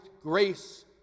grace